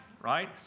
right